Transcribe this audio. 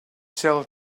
sell